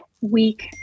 week